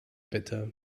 bitte